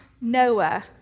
Noah